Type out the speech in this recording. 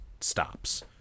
stops